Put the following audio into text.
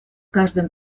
каждым